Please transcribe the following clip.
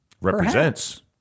represents